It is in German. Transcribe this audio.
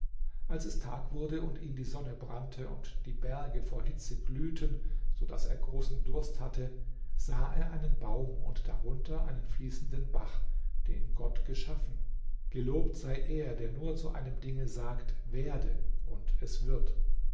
als es tag wurde und ihn die sonne brannte und die berge vor hitze glühten so daß er großen durst hatte sah er einen baum und darunter einen fließenden bach den gott geschaffen gelobt sei er der nur zu einem dinge sagt werde und es wird